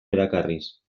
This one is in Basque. erakarriz